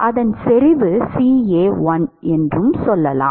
அதன் செறிவு CA1 என்று சொல்லலாம்